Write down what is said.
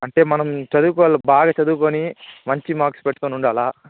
అంటే మనం చదువుకోవాలి బాగా చదువుకొని మంచి మార్క్స్ పెట్టుకొని ఉండాలి